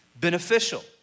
beneficial